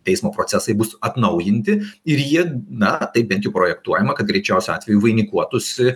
teismo procesai bus atnaujinti ir ji na tai bent projektuojama kad greičiausiu atveju vainikuotųsi